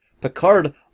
Picard